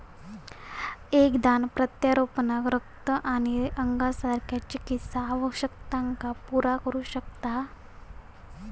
एक दान प्रत्यारोपणाक रक्त किंवा अंगासारख्या चिकित्सा आवश्यकतांका पुरा करू शकता